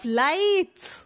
lights